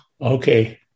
Okay